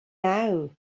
now